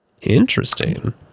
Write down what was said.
Interesting